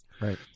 Right